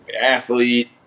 athlete